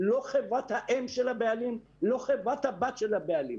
לא חברת האם של הבעלים ולא חברת הבת של הבעלים.